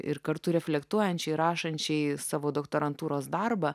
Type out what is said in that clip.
ir kartu reflektuojančiai rašančiai savo doktorantūros darbą